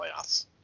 playoffs